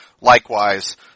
likewise